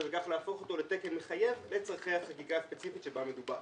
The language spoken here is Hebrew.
ובכך להפוך אותו לתקן מחייב לצרכי החקיקה הספציפית שבה מדובר.